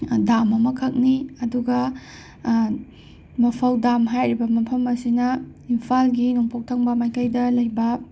dam ꯑꯃꯈꯛꯅꯤ ꯑꯗꯨꯒ ꯃꯐꯧ ꯗꯥꯝ ꯍꯥꯏꯔꯤꯕ ꯃꯐꯝ ꯑꯁꯤꯅ ꯏꯝꯐꯥꯜꯒꯤ ꯅꯣꯡꯄꯣꯛ ꯊꯪꯕ ꯃꯥꯏꯀꯩꯗ ꯂꯩꯕ